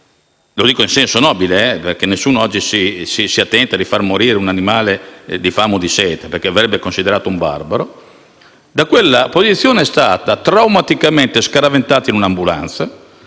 lo dico in senso nobile, perché nessuno oggi farebbe morire un animale di fame o di sete, perché verrebbe considerato un barbaro. Da quella situazione è stata traumaticamente scaraventata in un'ambulanza,